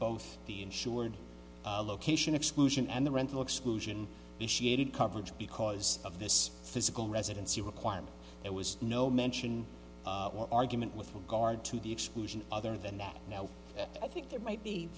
both the insured location exclusion and the rental exclusion is she added coverage because of this physical residency requirement there was no mention or argument with regard to the exclusion other than that now i think there might be